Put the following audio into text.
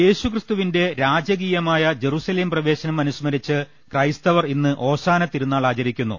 യേശു ക്രിസ്തുവിന്റെ രാജകീയമായ ജറുസലേം പ്രവേശനം അനു സ്മരിച്ച് ക്രൈസ്തവർ ഇന്ന് ഓശാനത്തിരുനാൾ ആചരിക്കുന്നു